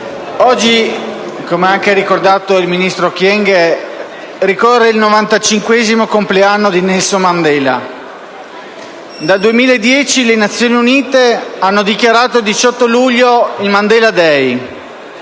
oggi, come ha ricordato anche il ministro Kyenge, ricorre il novantacinquesimo compleanno di Nelson Mandela. Dal 2010 le Nazioni Unite hanno dichiarato il 18 luglio il Mandela *Day*.